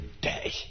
day